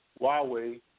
Huawei